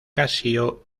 casio